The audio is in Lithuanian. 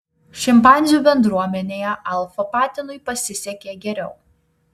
šimpanzių bendruomenėje alfa patinui pasisekė geriau